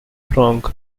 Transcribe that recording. strong